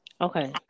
Okay